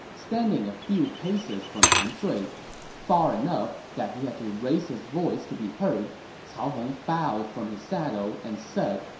standing a few paces from han sui far enough that he had to raise his voice to be heard cao hong bowed from his saddle and said,